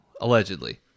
Allegedly